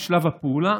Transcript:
לשלב הפעולה